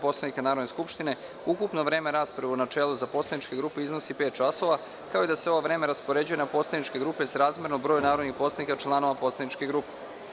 Poslovnika Narodne skupštine, ukupno vreme rasprave u načelu za poslaničke grupe iznosi pet časova, kao i da se ovo vreme raspoređuje na poslaničke grupe srazmerno broju narodnih poslanika članova poslaničke grupe.